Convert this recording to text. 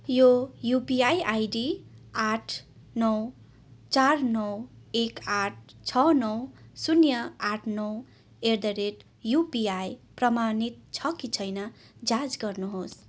यो UPI ID आठ नौ चार नौ एक आठ छ नौ शून्य आठ नौ एट द रेट युपिआई प्रमाणित छ कि छैन जाँच गर्नुहोस्